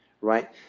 Right